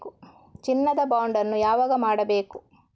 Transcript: ಚಿನ್ನ ದ ಬಾಂಡ್ ಅನ್ನು ಯಾವಾಗ ಮಾಡಬೇಕು?